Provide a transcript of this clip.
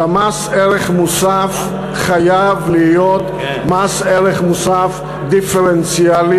שמס ערך מוסף חייב להיות מס ערך מוסף דיפרנציאלי,